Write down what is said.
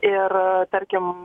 ir tarkim